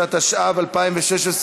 15), התשע"ו 2016,